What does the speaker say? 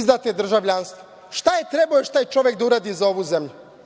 izdate državljanstvo? Šta je trebao još taj čovek da uradi za ovu zemlju?